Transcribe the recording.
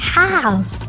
house